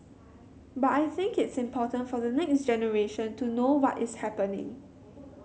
but I think it's important for the next generation to know what is happening